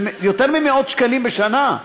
זה יותר ממאות שקלים בשנה.